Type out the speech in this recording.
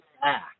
back